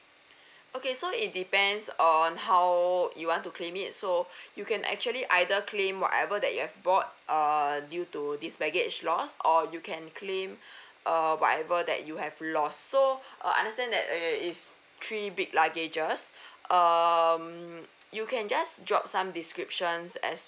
okay so it depends on how you want to claim it so you can actually either claim whatever that you have bought err due to this baggage loss or you can claim err whatever that you have lost so uh understand that there is three big luggages um you can just drop some descriptions as